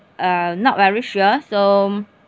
uh not very sure so